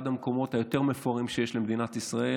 המקומות היות-מפוארים שיש למדינת ישראל,